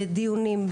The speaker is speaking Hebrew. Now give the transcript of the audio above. בדיונים,